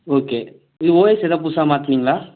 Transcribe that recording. okay நீங்கள் OS ஏதாவது புதுசாக மாற்றீனீங்களா